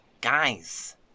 Guys